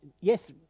yes